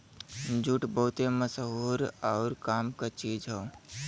jute बहुते मसहूर आउर काम क चीज हौ